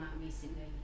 recently